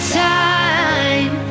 time